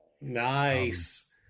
Nice